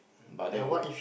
but that would